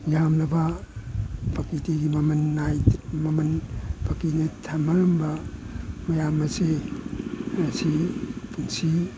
ꯌꯥꯝꯂꯕ ꯄ꯭ꯔꯀꯤꯇꯤꯒꯤ ꯃꯃꯟ ꯃꯃꯟ ꯄꯀꯤꯅ ꯊꯃꯔꯝꯕ ꯃꯌꯥꯝ ꯑꯁꯦ ꯉꯁꯤ ꯑꯁꯤ